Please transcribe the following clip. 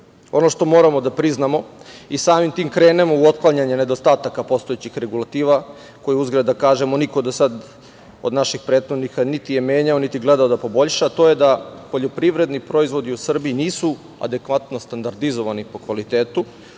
što moramo da priznamo i samim tim krenemo u otklanjanje nedostataka postojećih regulativa, koje uzgred da kažemo, niko do sada od naših prethodnika niti je menjao niti gledao da poboljša, to je da poljoprivredni proizvodi u Srbiji nisu adekvatno standardizovani po kvalitetu